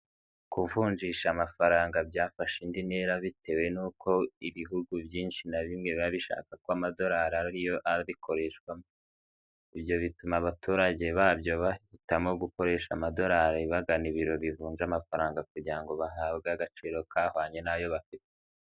Kuvunjisha amafaranga byafashe indi ntera, bitewe n'uko ibihugu byinshi na bimwe biba bishaka ko amadorari ariyo abikoreshwa. Ibyo bituma abaturage babyo bahitamo gukoresha amadorari bagana ibiro bivunja amafaranga kugira ngo bahabwe agaciro kahwanye n'ayo bafite.